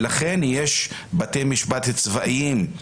ולכן יש בתי משפט צבאיים,